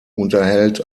unterhält